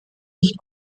nicht